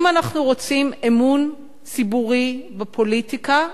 אם אנחנו רוצים אמון ציבורי בפוליטיקה,